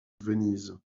venise